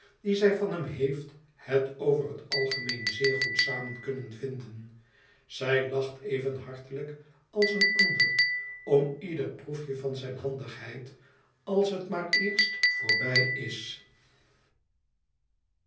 dien zij van hem heeft het over het algemeen zeer goed samen kunnen vinden zij lacht even hartelijk als een ander om ieder proefje van zijn handigheid als het maar eerst voorbij is